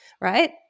right